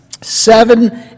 seven